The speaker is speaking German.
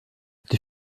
die